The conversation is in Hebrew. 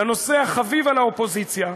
לנושא החביב על האופוזיציה,